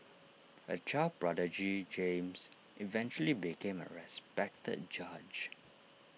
A child prodigy James eventually became A respected judge